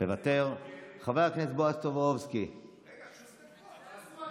מוותר, חבר הכנסת בועז טופורובסקי, רגע, שוסטר פה.